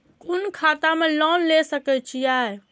कोन खाता में लोन ले सके छिये?